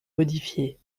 modifié